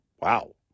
wow